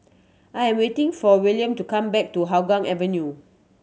I am waiting for Wilhelm to come back to Hougang Avenue